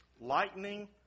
Lightning